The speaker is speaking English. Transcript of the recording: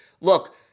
look